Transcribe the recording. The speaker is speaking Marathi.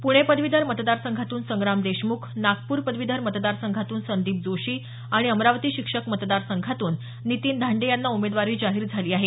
पुणे पदवीधर मतदारसंघातून संग्राम देशमुख नागपूर पदवीधर मतदारसंघातून संदीप जोशी आणि अमरावती शिक्षक मतदारसंघातून नितीन धांडे यांना उमेदवारी जाहीर झाली आहे